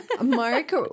Mark